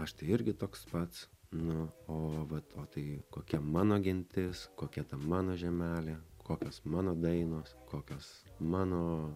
aš tai irgi toks pats nu o vat o tai kokia mano gentis kokia ta mano žemelė kokios mano dainos kokios mano